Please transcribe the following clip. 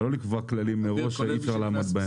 אבל לא לקבוע כללים מראש שאי אפשר לעמוד בהם.